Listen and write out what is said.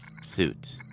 suit